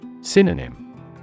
Synonym